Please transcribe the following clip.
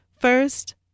First